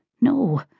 No